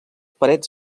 parets